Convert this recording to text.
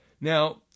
Now